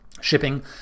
shipping